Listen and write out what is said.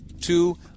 Two